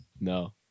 No